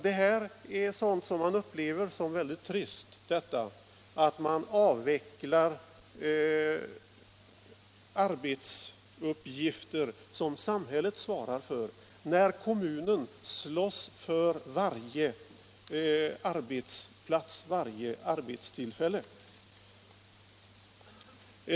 Det är mycket trist att arbetsuppgifter som samhället svarar för avvecklas när kommunen slåss för varje arbetstillfälle.